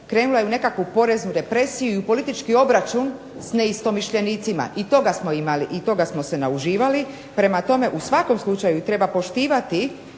krenula je u nekakvu poreznu depresiju i u politički obračun s neistomišljenicima. I toga smo imali, i toga smo se nauživali. Prema tome u svakom slučaju treba poštivati